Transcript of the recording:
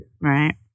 Right